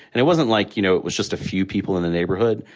and it wasn't like, you know, it was just a few people in the neighborhood.